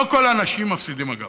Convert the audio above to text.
לא כל האנשים מפסידים, אגב.